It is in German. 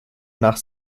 nach